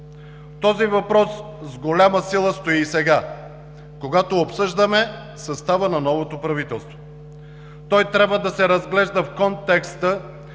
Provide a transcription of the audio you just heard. Този въпрос с голяма сила стои и сега, когато обсъждаме състава на новото правителство. Той трябва да се разглежда в контекста